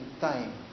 time